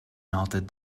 melted